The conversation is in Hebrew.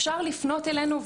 אפשר לפנות אלינו.